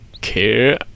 care